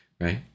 Right